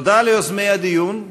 תודה ליוזמי הדיון,